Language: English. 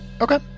Okay